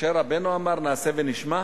משה רבנו אמר נעשה ונשמע?